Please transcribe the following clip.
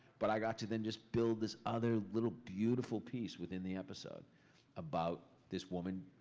but i got to then just build this other little beautiful piece within the episode about this woman,